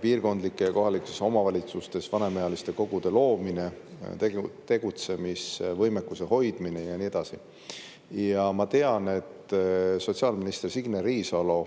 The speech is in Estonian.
piirkondlike ja kohalikes omavalitsustes vanemaealiste kogude loomine, tegutsemisvõimekuse hoidmine ja nii edasi. Ma tean, et sotsiaalminister Signe Riisalo